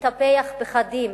לטפח פחדים.